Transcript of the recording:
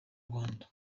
rwanda